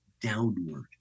downward